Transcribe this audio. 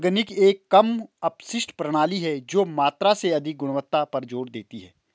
organic एक कम अपशिष्ट प्रणाली है जो मात्रा से अधिक गुणवत्ता पर जोर देती है